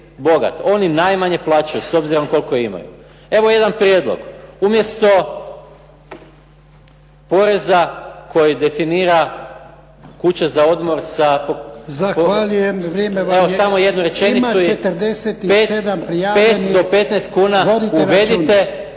oni najmanje plaćaju s obzirom koliko imaju. Evo jedan prijedlog, umjesto poreza koji definira kuća za odmor, samo jednu rečenicu, 5 do 15 kuna uvedite